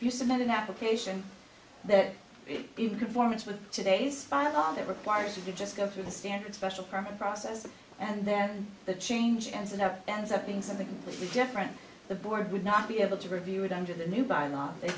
you submit an application that is in conformity with today's bylaws that requires you to just go through the standard special permit process and then the change and so never ends up being something completely different the board would not be able to review it under the new by law